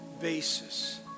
basis